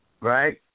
Right